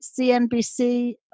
CNBC